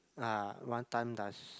ah what time does